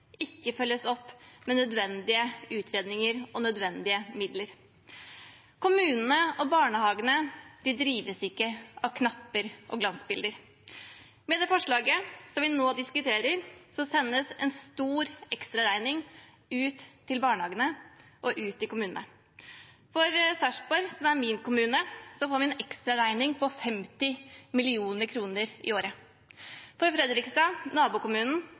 ikke følges opp med nødvendige utredninger og nødvendige midler. Kommunene og barnehagene drives ikke med knapper og glansbilder. Med det forslaget vi nå diskuterer, sendes en stor ekstraregning til barnehagene og til kommunene. Sarpsborg, som er min kommune, får en ekstraregning på 50 mill. kr i året. For Fredrikstad, nabokommunen,